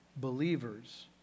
Believers